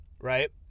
right